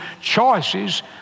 choices